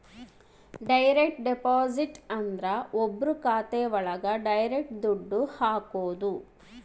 direct deposit ಅಂದ್ರ ಒಬ್ರು ಖಾತೆ ಒಳಗ ಡೈರೆಕ್ಟ್ ದುಡ್ಡು ಹಾಕೋದು